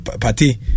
party